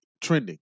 trending